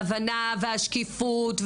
ההבנה והשקיפות,